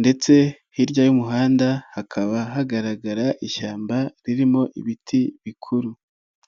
ndetse hirya y'umuhanda hakaba hagaragara ishyamba ririmo ibiti bikuru.